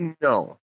No